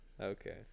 okay